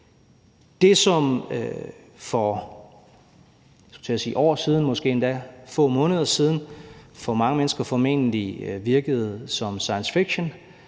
at sige år siden, måske endda få måneder siden for mange mennesker formentlig virkede som science fiction,